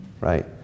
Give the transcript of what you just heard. right